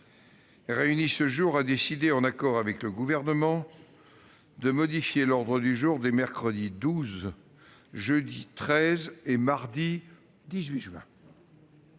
réunie ce jour a décidé, en accord avec le Gouvernement, de modifier l'ordre du jour des mercredi 12, jeudi 13 et mardi 18 juin.